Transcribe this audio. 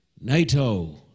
NATO